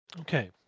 Okay